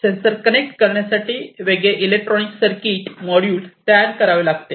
sensor connect करण्यासाठी वेगळे electronic circuit module तयार करावे लागते